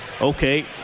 Okay